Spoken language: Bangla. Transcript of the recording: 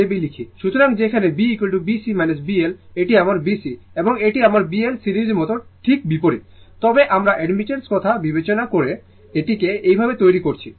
সুতরাং যেখানে BB C B L এটি আমার B C এবং এটি আমার B L সিরিজ মতো ঠিক বিপরীত তবে আমরা অ্যাডমিটেন্সর কথা বিবেচনা করে এটিকে এভাবে তৈরি করেছি